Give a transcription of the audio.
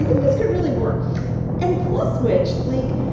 this could really work and plus which like,